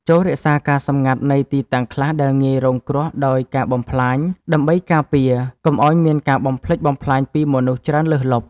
ចូររក្សាការសម្ងាត់នៃទីតាំងខ្លះដែលងាយរងគ្រោះដោយការបំផ្លាញ ដើម្បីការពារកុំឱ្យមានការបំផ្លិចបំផ្លាញពីមនុស្សច្រើនលើសលប់។